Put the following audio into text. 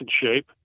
shape